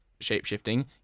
shape-shifting